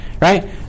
Right